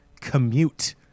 Commute